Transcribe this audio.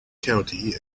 county